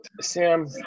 Sam